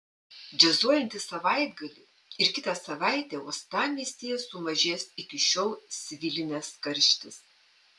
džiazuojantį savaitgalį ir kitą savaitę uostamiestyje sumažės iki šiol svilinęs karštis